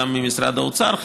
גם ממשרד האוצר,